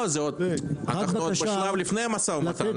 אנחנו לפני המשא ומתן.